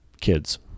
kids